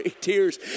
Tears